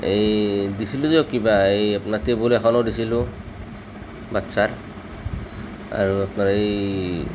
এই দিছিলোঁ দিয়ক কিবা এই আপোনাৰ টেবুল এখনো দিছিলোঁ বাচ্ছাৰ আৰু আপোনাৰ এই